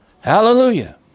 Hallelujah